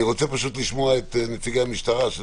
אני רוצה פשוט לשמוע את נציגי המשטרה.